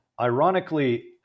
Ironically